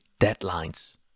deadlines